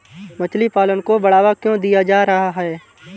मछली पालन को बढ़ावा क्यों दिया जा रहा है?